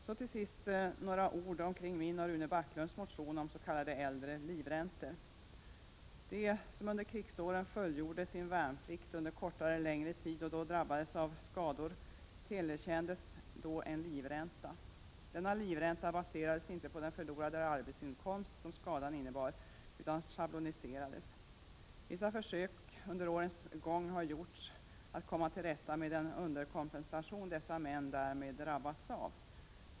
Så till sist några ord omkring min och Rune Backlunds motion om s.k. äldre livräntor. De som under krigsåren fullgjorde sin värnplikt under kortare eller längre tid och då drabbades av skador tillerkändes då en livränta. Denna livränta baserades inte på den förlorade arbetsinkomst som skadan innebar utan schabloniserades. Vissa försök under årens gång har gjorts att komma till rätta med den underkompensation dessa män därmed drabbats av.